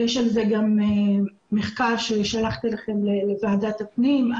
יש על זה גם מחקר ששלחתי לכם לוועדת הפנים,